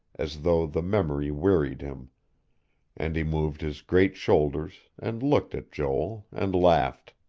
as though the memory wearied him and he moved his great shoulders, and looked at joel, and laughed.